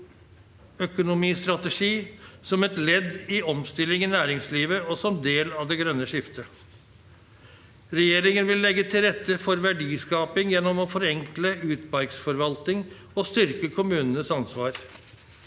bioøkonomistrategi som et ledd i omstilling i næringslivet og som del av det grønne skiftet. Regjeringen vil legge til rette for verdiskaping gjennom å forenkle utmarksforvaltningen og styrke kommunenes ansvar.